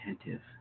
attentive